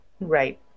Right